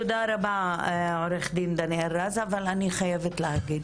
תודה רבה, עו"ד דניאל רז, אבל אני חייבת להגיד: